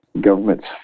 governments